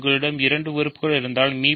உங்களிடம் இரண்டு உறுப்புகள் இருந்தால் மி